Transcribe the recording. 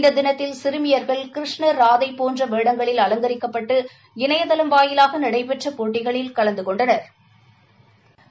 இந்த தினத்தில் சிறு சிறுமியா்கள் கிருஷ்ணா் ராதை போன்ற வேடங்களில் அவங்கரிக்கப்பட்டு இணையதளம் வாயிலாக நடைபெற்ற போட்டிகளில் கலந்து கொண்டனா்